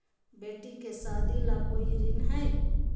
बेटी के सादी ला कोई ऋण हई?